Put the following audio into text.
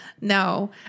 No